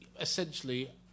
essentially